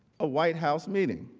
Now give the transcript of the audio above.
a white house meeting.